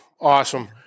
awesome